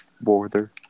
Border